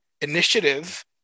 initiative